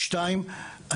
שניים,